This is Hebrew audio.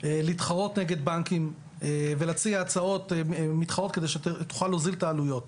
להתחרות נגד בנקים ולהציע הצעות מתחרות כדי שתוכל להוזיל את העלויות.